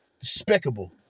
Despicable